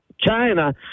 China